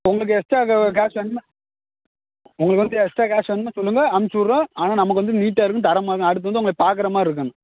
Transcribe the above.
உங்களுக்கு எக்ஸ்ட்ரா க கேஷ் வேணும்னா உங்களுக்கு வந்து எக்ஸ்ட்ரா கேஷ் வேணும்னா சொல்லுங்க அனுச்சி விட்றோம் ஆனால் நமக்கு வந்து நீட்டாக இருக்கணும் தரமாக இருக்கணும் அடுத்து வந்து உங்கள பார்க்கற மாதிரி இருக்கணும்